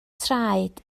traed